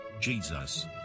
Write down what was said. Jesus